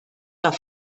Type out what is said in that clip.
doch